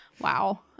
Wow